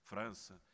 França